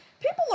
People